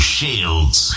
Shields